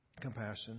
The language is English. compassion